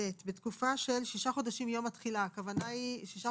בתקופה של שישה חודשים מיום התחילה הכוונה היא שישה